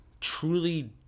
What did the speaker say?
truly